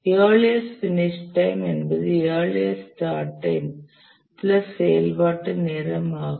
earliest finish time என்பது earliest start time plus செயல்பாட்டு நேரம் ஆகும்